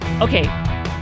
Okay